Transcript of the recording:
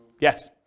Yes